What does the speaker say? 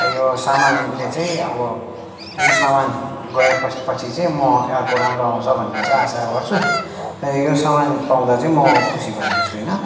र यो सामानले चाहिँ अब यो सामान गए पछि चाहिँ म अर्को राम्रो आउँछ भन्ने चाहिँ आशा गर्छु यो सामान पाउँदा चाहिँ म खुसी भएको छुइनँ अन्त